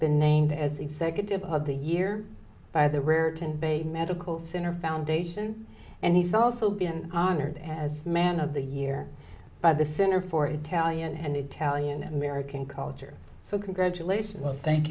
been named as executive of the year by the raritan bay medical center foundation and he's also been honored as man of the year by the center for italian and italian american culture so congratulations well thank